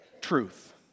truth